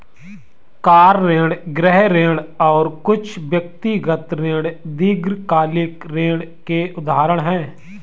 car ऋण, गृह ऋण और कुछ व्यक्तिगत ऋण दीर्घकालिक ऋण के उदाहरण हैं